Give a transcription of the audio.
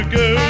go